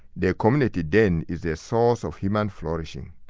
the community then is a source of human flourishing.